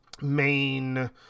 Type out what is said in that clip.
main